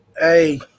Hey